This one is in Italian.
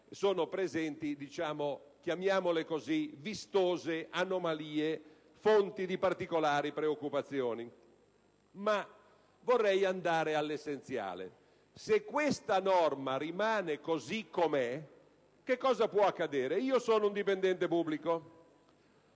sono presenti - chiamiamole così - vistose anomalie, fonte di particolari preoccupazioni. Ma vorrei andare all'essenziale. Se questa norma rimane così com'è, cosa può accadere? Ad esempio, io sono un dipendente pubblico